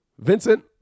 Vincent